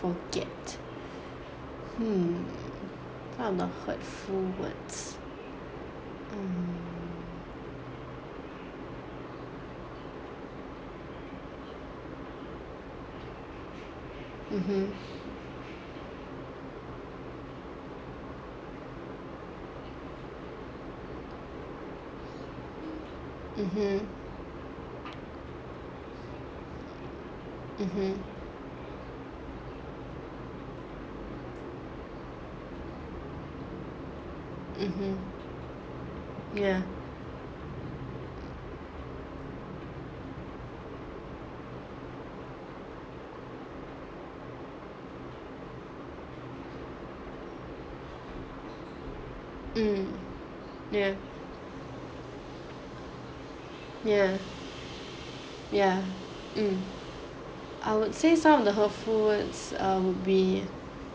forget hmm what kind of hurtful words hmm mmhmm mmhmm mmhmm mmhmm ya mm ya ya ya mm I would say some of the hurtful words err would be